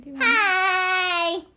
Hi